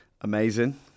Amazing